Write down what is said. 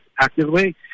actively